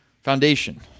foundation